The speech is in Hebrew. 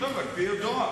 אז תכתוב: על-פי הדוח.